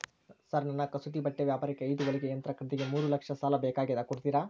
Sir ನನ್ನ ಕಸೂತಿ ಬಟ್ಟೆ ವ್ಯಾಪಾರಕ್ಕೆ ಐದು ಹೊಲಿಗೆ ಯಂತ್ರ ಖರೇದಿಗೆ ಮೂರು ಲಕ್ಷ ಸಾಲ ಬೇಕಾಗ್ಯದ ಕೊಡುತ್ತೇರಾ?